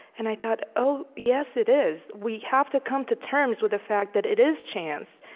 and i thought oh, yes, it is. we have to come to terms with the fact that it is chance.